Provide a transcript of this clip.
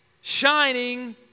shining